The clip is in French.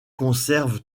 conserve